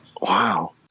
Wow